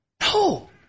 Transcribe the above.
No